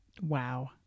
Wow